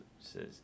says